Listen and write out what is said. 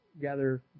gather